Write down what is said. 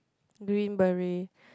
green beret